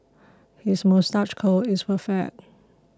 his moustache curl is perfect